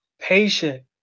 patient